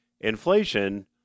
inflation